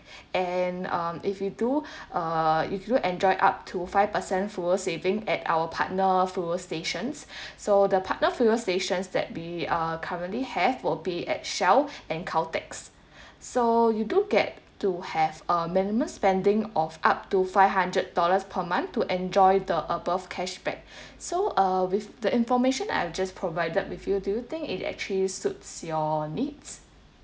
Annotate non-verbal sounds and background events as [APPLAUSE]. [BREATH] and um if you do [BREATH] uh if you enjoyed up to five percent fuel saving at our partner fuel stations [BREATH] so the partner fuel stations that we we are currently have will be at Shell and Caltex [BREATH] so you do get to have a minimum spending of up to five hundred dollars per month to enjoy the above cashback [BREATH] so uh with the information that I've just provided with you do thing it actually suits your needs